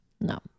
No